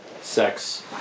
Sex